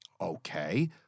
Okay